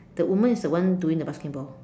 the woman is the one doing the basketball